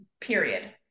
period